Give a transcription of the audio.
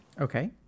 okay